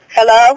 Hello